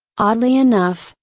oddly enough,